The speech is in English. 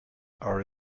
are